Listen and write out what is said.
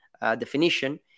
definition